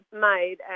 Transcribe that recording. made